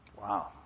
Wow